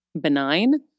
benign